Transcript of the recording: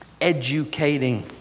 Educating